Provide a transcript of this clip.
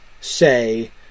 say